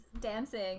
dancing